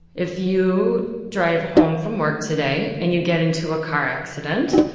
if you drive home from work today and you get into a car accident,